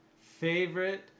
favorite